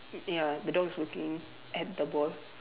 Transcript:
ya the dog is looking at the ball